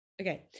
Okay